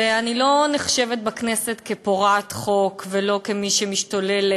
אני לא נחשבת בכנסת לפורעת חוק ולא כמי שמשתוללת